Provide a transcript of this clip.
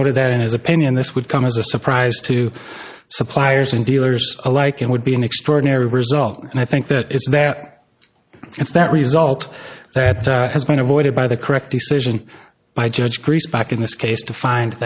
noted that in his opinion this would come as a surprise to suppliers and dealers alike and would be an extraordinary result and i think that it's there it's that result that has been avoided by the correct decision by judge greece back in this case to find